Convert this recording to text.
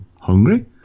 hungry